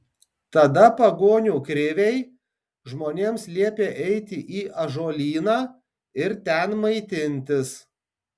tada pagonių kriviai žmonėms liepė eiti į ąžuolyną ir ten maitintis